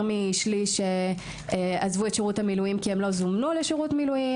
משליש שעזבו את שירות המילואים כי הן לא זומנו לשירות מילואים,